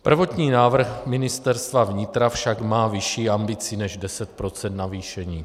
Prvotní návrh Ministerstva vnitra však má vyšší ambici než 10 procent navýšení.